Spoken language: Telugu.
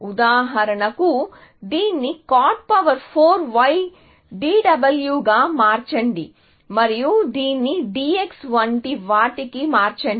ఉదాహరణకు దీన్ని cot 4 ydy గా మార్చండి మరియు దీనిని dx వంటి వాటికి మార్చండి